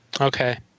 Okay